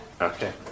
Okay